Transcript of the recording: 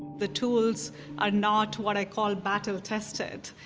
the tools are not what i call battle-tested.